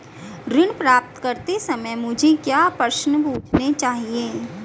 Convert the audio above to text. ऋण प्राप्त करते समय मुझे क्या प्रश्न पूछने चाहिए?